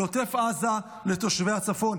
לעוטף עזה ולתושבי הצפון.